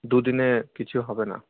দুদিনে কিছু হবে না